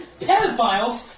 pedophiles